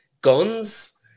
guns